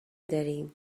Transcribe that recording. داریم